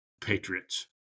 patriots